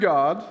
God